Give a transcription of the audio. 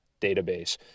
database